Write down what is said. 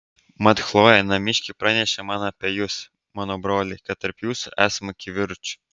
mat chlojė namiškiai pranešė man apie jus mano broliai kad tarp jūsų esama kivirčų